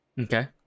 Okay